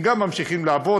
גם הם ממשיכים לעבוד,